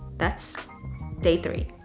that's day three,